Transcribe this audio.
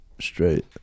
Straight